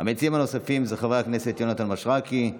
המציעים הנוספים הם חברי הכנסת יונתן מישרקי,